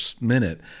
minute